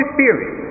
Spirit